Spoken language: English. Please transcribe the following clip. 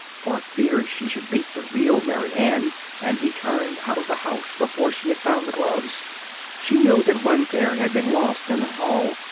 for fear she should meet the real mary ann and be turned out of the house before she had found the gloves she knew that one pair had been lost in the hall,